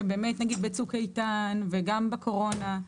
למשל ב"צוק איתן" וגם בקורונה,